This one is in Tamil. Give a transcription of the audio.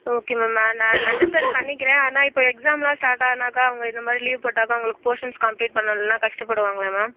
ஓகே மேம் ஐ அண்டர்ஸ்டாண்ட் பண்ணிக்கிறேன் ஆனால் இப்போ எக்ஸாம்லாம் ஸ்டார்ட் ஆனாக்கா அவங்க இந்தமாதிரி லீவு போட்டாக்கா அவங்களுக்கு போர்ஷன்ஸ் கம்ப்ளீட் பண்ணனுன்னா கஷ்டப்படுவாங்களே மேம்